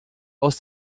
aus